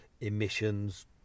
emissions